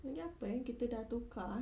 lagi apa eh kita dah tukar eh